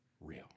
real